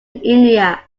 india